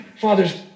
Father's